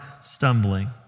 Stumbling